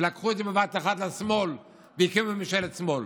ולקחו את זה בבית אחת לשמאל והקימו ממשלת שמאל.